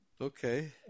Okay